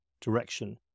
direction